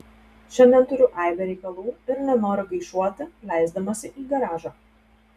šiandien turiu aibę reikalų ir nenoriu gaišuoti leisdamasi į garažą